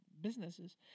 businesses